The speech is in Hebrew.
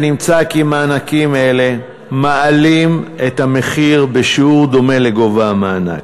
ונמצא כי מענקים אלו מעלים את המחיר בשיעור דומה לגובה המענק.